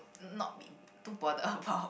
not be too bothered about